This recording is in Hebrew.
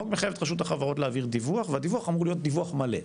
החוק מחייב את רשות החברות להעביר דיווח והדיווח צריך להיות דיווח מלא,